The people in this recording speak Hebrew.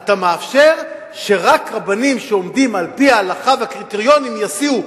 אתה מאפשר שרק רבנים שעומדים על-פי ההלכה והקריטריונים ישיאו,